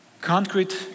Concrete